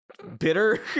bitter